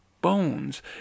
bones